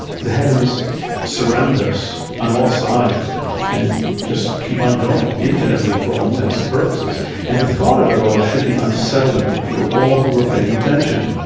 the heavens surround us on all sides and just keep on going infinitely, for all intents and purposes and the thought of it all should be unsettling for all who are paying attention.